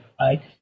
right